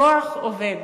הכוח עובד,